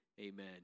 amen